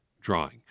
drawing